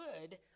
good